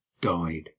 died